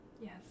yes